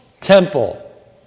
temple